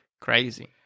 Crazy